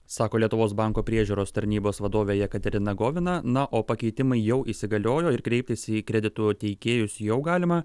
sako lietuvos banko priežiūros tarnybos vadovė jekaterina govina na o pakeitimai jau įsigaliojo ir kreiptis į kreditų teikėjus jau galima